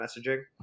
messaging